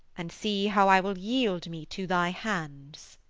and see how i will yield me to thy hands.